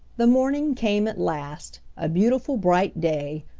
the morning came at last, a beautiful bright day,